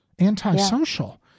Antisocial